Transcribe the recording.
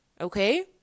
Okay